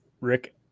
Rick